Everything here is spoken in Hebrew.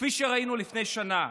כפי שראינו לפני שנה.